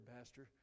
Pastor